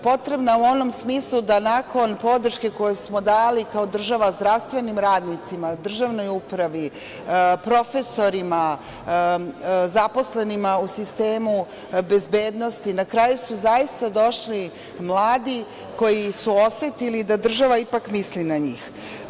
Potrebna u onom smislu da nakon podrške koju smo dali kao država zdravstvenim radnicima, državnoj upravi, profesorima, zaposlenima u sistemu bezbednosti, na kraju su zaista došli mladi koji su osetili da država ipak misli na njih.